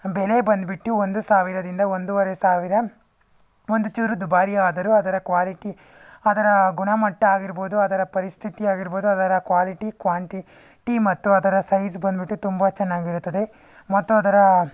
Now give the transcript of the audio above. ಬೆಲೆ ಬಂದ್ಬಿಟ್ಟು ಒಂದು ಸಾವಿರದಿಂದ ಒಂದುವರೆ ಸಾವಿರ ಒಂದು ಚೂರು ದುಬಾರಿಯಾದರೂ ಅದರ ಕ್ವಾಲಿಟಿ ಅದರ ಗುಣಮಟ್ಟ ಆಗಿರ್ಬೋದು ಅದರ ಪರಿಸ್ಥಿತಿ ಆಗಿರ್ಬೋದು ಅದರ ಕ್ವಾಲಿಟಿ ಕ್ವಾಂಟಿಟಿ ಮತ್ತು ಅದರ ಸೈಜ್ ಬಂದ್ಬಿಟ್ಟು ತುಂಬ ಚೆನ್ನಾಗಿರುತ್ತದೆ ಮತ್ತು ಅದರ